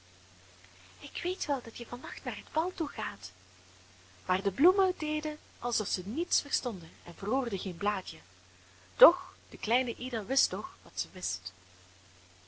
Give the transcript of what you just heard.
ik weet wel dat je van nacht naar het bal toe gaat maar de bloemen deden alsof zij niets verstonden en verroerden geen blaadje doch de kleine ida wist toch wat zij wist